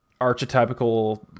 archetypical